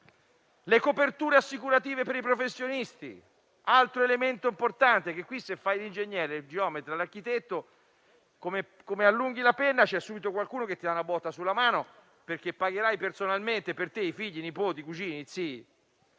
Le coperture assicurative per i professionisti sono un altro elemento importante: se fai l'ingegnere, il geometra o l'architetto, come allunghi la penna subito qualcuno ti dà una botta sulla mano, perché pagherai personalmente per te, i figli, i nipoti, i cugini e gli zii.